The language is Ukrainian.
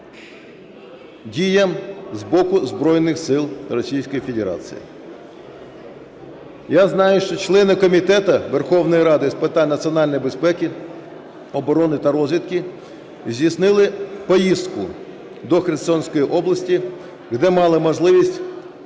діям з боку Збройних сил Російської Федерації. Я знаю, що члени Комітету Верховної Ради з питань національної безпеки, оборони та розвідки здійснили поїздку до Херсонської області, де мали можливість